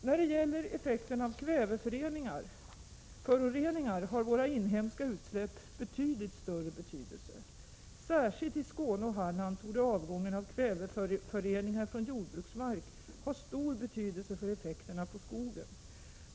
När det gäller effekterna av kväveföroreningar har våra inhemska utsläpp betydligt större betydelse. Särskilt i Skåne och Halland torde avgången av kväveföreningar från jordbruksmark ha stor betydelse för effekterna på skogen.